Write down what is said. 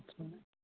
अच्छा